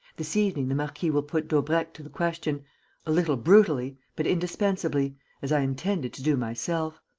this evening the marquis will put daubrecq to the question a little brutally, but indispensably as i intended to do myself.